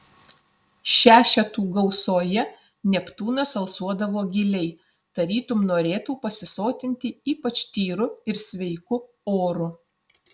šešetų gausoje neptūnas alsuodavo giliai tarytum norėtų pasisotinti ypač tyru ir sveiku oru